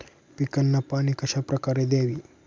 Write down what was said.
पिकांना पाणी कशाप्रकारे द्यावे?